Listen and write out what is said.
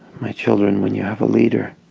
my children when you have a leader,